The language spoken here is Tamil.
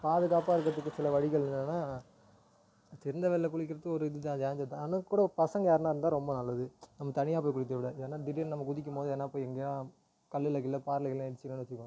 பாதுகாப்பாக இருக்கிறதுக்கு சில வழிகள் என்னென்னா திறந்து வெளியில் குளிக்கிறது ஒரு இது தான் டேஞ்சர் தான் ஆனால் கூட பசங்க யாருன்னா இருந்தால் ரொம்ப நல்லது நம்ம தனியாக போய் குளிக்கக்கூடாது ஏன்னா திடீர்ன்னு நம்ம குதிக்கும் போது எதுனா போய் எங்கேயா கல்லுல கில்லுல பாறையில் கிறையில இடிச்சிக்கிறோன்னு வச்சிக்கோங்க